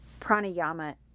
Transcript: pranayama